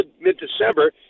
mid-December